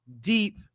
deep